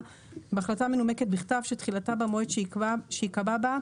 בהחלטה מנומקת בכתב שתחילתה במועד שיקבע בה,